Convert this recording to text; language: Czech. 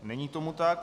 Není tomu tak.